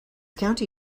county